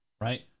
Right